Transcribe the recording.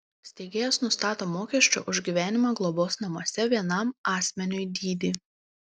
steigėjas nustato mokesčio už gyvenimą globos namuose vienam asmeniui dydį